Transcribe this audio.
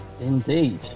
Indeed